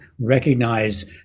recognize